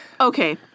Okay